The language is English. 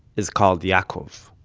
is called yaakov.